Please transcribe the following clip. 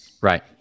Right